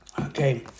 Okay